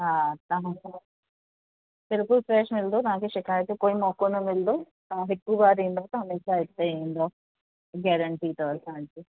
हा तव्हां बिल्कुलु फ़्रैश मिलंदो तव्हांखे शिकायत जो कोई मौक़ो न मिलंदो तव्हां हिकु बार ईंदव त हमेशह हिते ई ईंदव गैरंटी अथव असांजी